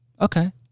okay